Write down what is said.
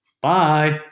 bye